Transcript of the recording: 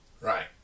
Right